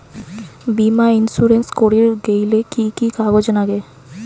বীমা ইন্সুরেন্স করির গেইলে কি কি কাগজ নাগে?